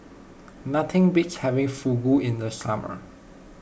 nothing beats having Fugu in the summer